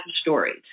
stories